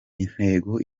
intego